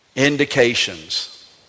indications